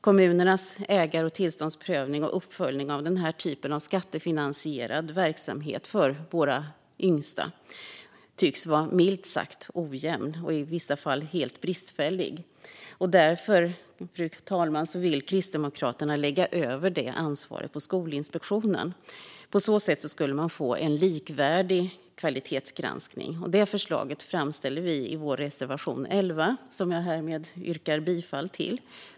Kommunernas ägar och tillståndsprövning och uppföljning av den här typen av skattefinansierad verksamhet för våra yngsta tycks vara milt sagt ojämn och i vissa fall helt bristfällig. Därför, fru talman, vill Kristdemokraterna lägga över det ansvaret på Skolinspektionen. På så sätt skulle man få en likvärdig kvalitetsgranskning. Detta förslag framställer vi i vår reservation 11, som jag härmed yrkar bifall till.